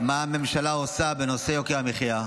ותמיד שואלים מה הממשלה עושה בנושא יוקר המחיה.